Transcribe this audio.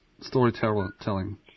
storytelling